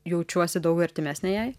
jaučiuosi daug artimesnė jai